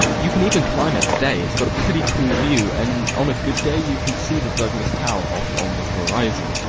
you can even climb it today it's got a pretty cool view and on a good day you can see the douglas tower off on the horizon,